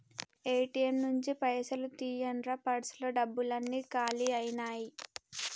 ATM నుంచి పైసలు తీయండ్రా పర్సులో డబ్బులన్నీ కాలి అయ్యినాయి